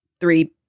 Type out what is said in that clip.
three